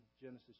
Genesis